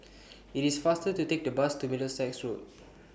IT IS faster to Take The Bus to Middlesex Road